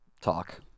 talk